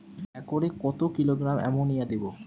একরে কত kilogram ammonia দেবো?